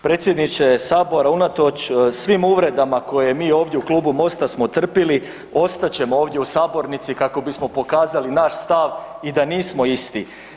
Predsjedniče Sabora unatoč svim uvredama koje mi ovdje u klubu Mosta smo trpili, ostat ćemo ovdje u sabornici kako bismo pokazali naš stav i da nismo isti.